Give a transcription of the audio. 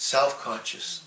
Self-conscious